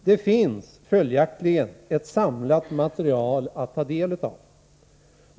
Det finns följaktligen ett samlat material att ta del av.